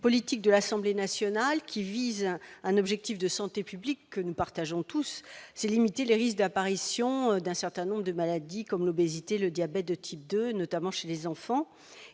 politiques de l'Assemblée nationale, visant un objectif de santé publique que nous partageons tous : limiter les risques d'apparition d'un certain nombre de maladies comme l'obésité ou le diabète de type 2, notamment chez les enfants.